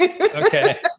Okay